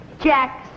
Jack